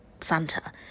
santa